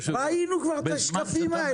ראינו כבר את השקפים האלה.